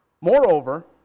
moreover